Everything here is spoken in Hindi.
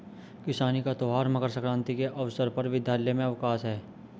किसानी का त्यौहार मकर सक्रांति के अवसर पर विद्यालय में अवकाश है